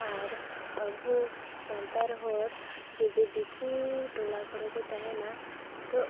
ᱟᱨ ᱟᱵᱚ ᱥᱟᱱᱛᱟᱲ ᱦᱚᱲ ᱡᱩᱫᱤ ᱫᱤᱠᱩ ᱴᱚᱞᱟ ᱠᱚᱨᱮ ᱠᱚ ᱛᱟᱦᱮᱱᱟ ᱛᱚ